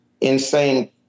insane